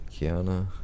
Kiana